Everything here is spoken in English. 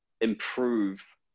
improve